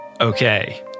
Okay